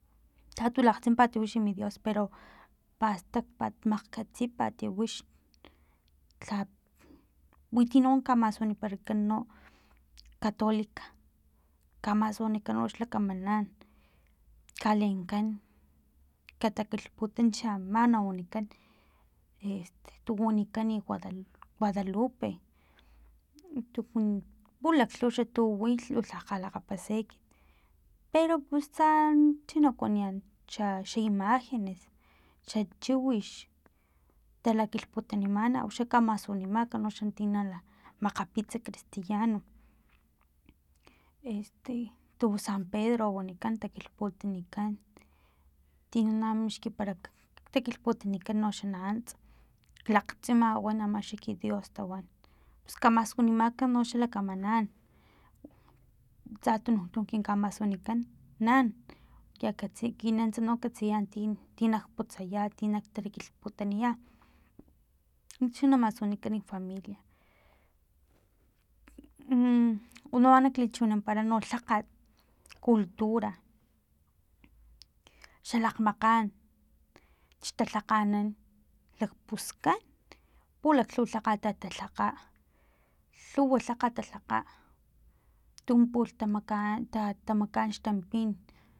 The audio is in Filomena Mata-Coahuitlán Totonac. Lhatu lakgtsimpat wixi mi dios pero pastakpat makgatsipat wix lha winti kamasuniparakan catolica kamasunikan lakamanan kalenkan katakilhputa ama na wanikan este tu wanikan guada guadalupe pulaklhuwa tuxa wilh lulha lakgapasa ekit pero pus tsa china kuaniyan cha xa imagen xa chiwix talikilhputanimana uxa kamasunimak noxan ti makgapits cristiano este tu sanpredro wanikan takilhputanikan tina mixkiparakan ti takilhputanikan xants lakgtsima wan ama xa ki dios tawan pusn kamasunimak no xa lakamanan tsa tunun tunuk kin kamasunikan nan kakatsin ekinan no katsiyan ti ti na putsaya tin na talakilhputaniya nuntsa xa na masunikan nak familia mm uno ama nak lichiwinampara lha lha cultura xalakgmakgan xtalhakganan lakpuskan pulaklhuwa lhakgat tatalhakga lhuwa lhakgat talhakga tun pulh tamakaan ta tamakaan xtampin